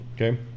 okay